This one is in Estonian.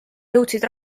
jõudsid